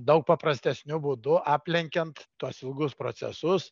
daug paprastesniu būdu aplenkiant tuos ilgus procesus